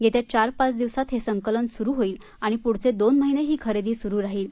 येत्या चार पाच दिवसात हे संकलन सुरु होईल आणि पूढचे दोन महिने ही खरेदी सुरु राहील